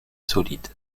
solide